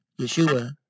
Yeshua